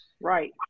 Right